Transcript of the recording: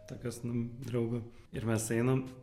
tokios nu draugo ir mes einam